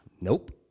Nope